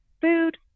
food